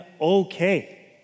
okay